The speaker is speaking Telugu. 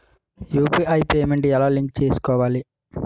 యు.పి.ఐ పేమెంట్ ఎలా లింక్ చేసుకోవాలి?